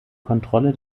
kontrolle